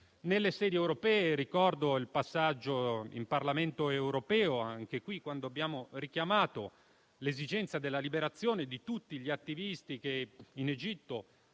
nelle sedi europee. Ricordo il passaggio in Parlamento europeo quando abbiamo richiamato l'esigenza della liberazione di tutti gli attivisti che in Egitto